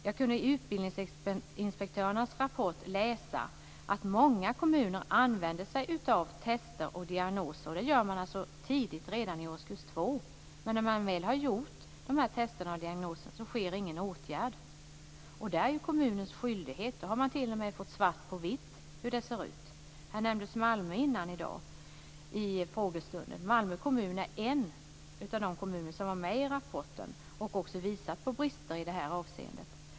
Jag kunde i utbildningsinspektörernas rapport läsa att många kommuner använder sig av test och diagnoser redan i årskurs 2. Men när man väl har gjort test och diagnoser sker ingen åtgärd. Det är ju kommunens skyldighet - man har t.o.m. fått svart på vitt hur det ser ut. Malmö nämndes tidigare i dag vid frågestunden. Malmö kommun är en av de kommuner som var med i rapporten och som visade på brister i det här avseendet.